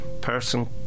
person